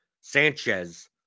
Sanchez